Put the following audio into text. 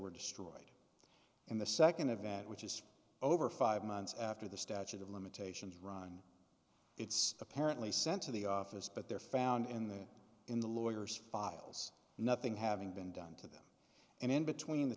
were destroyed in the second event which is over five months after the statute of limitations run it's apparently sent to the office but they're found in the in the lawyers files nothing having been done to them and in between the